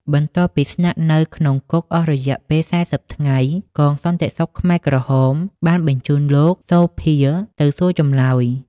បន្ទាប់ពីស្នាក់នៅក្នុងគុកអស់រយៈពេល ៤០ ថ្ងៃ កងសន្តិសុខខ្មែរក្រហមបានបញ្ជូនលោក សូភា ទៅសួរចម្លើយ។